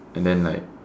and then like